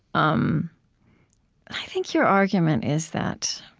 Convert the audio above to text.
um i think your argument is that